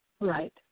Right